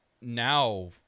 Now